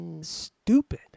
stupid